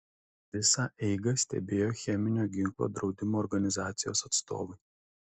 visą eigą stebėjo cheminio ginklo draudimo organizacijos atstovai